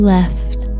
Left